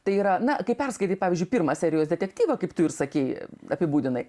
tai yra na kai perskaitai pavyzdžiui pirmą serijos detektyvą kaip tu ir sakei apibūdinai